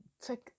take